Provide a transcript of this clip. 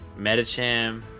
Metacham